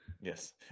Yes